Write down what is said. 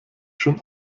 schon